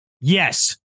Yes